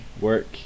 work